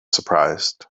surprised